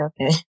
Okay